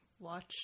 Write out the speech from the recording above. Watch